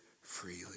freely